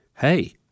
Hey